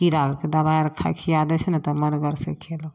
कीड़ा अरके दबाइ अर खाइ छियै आबै छै नहि तऽ मनगरसँ खयलहुँ